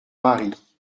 mari